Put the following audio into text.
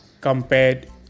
compared